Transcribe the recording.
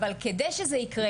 אבל כדי שזה יקרה